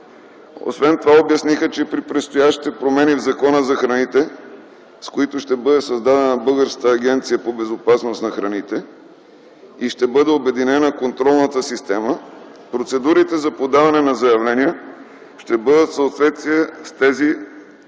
Освен това обясниха, че при предстоящите промени в Закона за храните, с които ще бъде създадена Българската агенция по безопасност на храните и ще бъде обединена контролната система, процедурите за подаване на заявления ще бъдат в съответствие с тези в